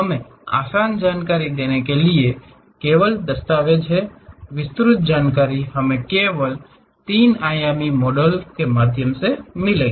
हमें आसान जानकारी देने के लिए ये केवल दस्तावेज हैं विस्तृत जानकारी हमें केवल त्रि आयामी मॉडलिंग के माध्यम से मिलेगी